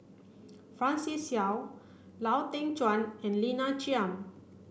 Francis Seow Lau Teng Chuan and Lina Chiam